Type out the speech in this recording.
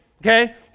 okay